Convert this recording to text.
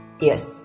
Yes